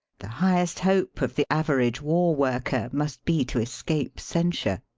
the highest hope of the average war-worker must be to escape censure.